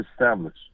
established